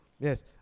Yes